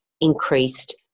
increased